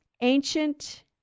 ancient